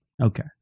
Okay